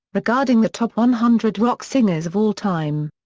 regarding the top one hundred rock singers of all time.